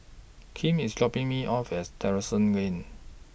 Kim IS dropping Me off as Terrasse Lane